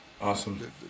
awesome